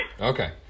Okay